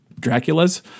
Draculas